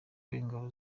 ingabo